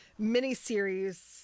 miniseries